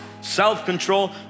self-control